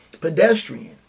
pedestrian